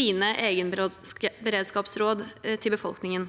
egenberedskapsrådene til befolkningen.